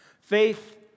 faith